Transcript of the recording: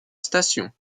station